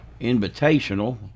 Invitational